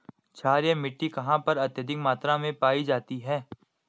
क्षारीय मिट्टी कहां पर अत्यधिक मात्रा में पाई जाती है?